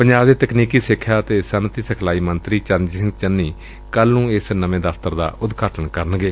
ਪੰਜਾਬ ਦੇ ਤਕਨੀਕੀ ਸਿਖਿਆ ਅਤੇ ਸੱਨਅਤੀ ਸਿਖਲਾਈ ਮੰਤਰੀ ਚਰਨਜੀਤ ਸਿੰਘ ਚੰਨੀ ਕੱਲੂ ਨੂੰ ਇਸ ਨਵੇਂ ਦਫ਼ਤਰ ਦਾ ਉਦਘਾਟਨ ਕਰਨਗੇ